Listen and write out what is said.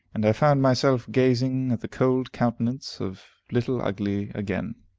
and i found myself gazing at the cold countenance of little ugly again.